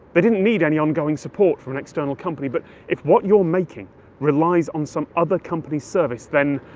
they didn't need any ongoing support from an external company. but if what you're making relies on some other company's service, then,